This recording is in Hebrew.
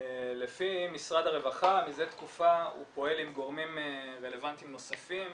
לפי משרד הרווחה מזה תקופה הוא פועל עם גורמים רלוונטיים נוספים